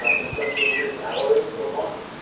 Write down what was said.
um in some cases hours, or longer.